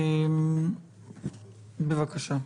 בבקשה.